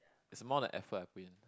is more like effort I put in